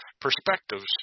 perspectives